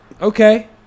okay